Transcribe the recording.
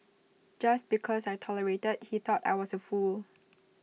just because I tolerated he thought I was A fool